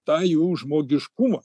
tą jų žmogiškumą